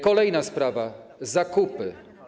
Kolejna sprawa, zakupy.